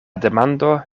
demando